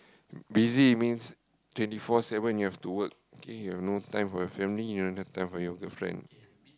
busy means twenty four seven you have to work okay you have no time for your family you don't have time for your girlfriend